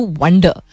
wonder